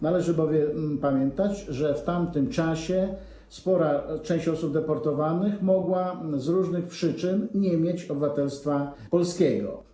Należy bowiem pamiętać, że w tamtym czasie spora część osób deportowanych mogła z różnych przyczyn nie mieć obywatelstwa polskiego.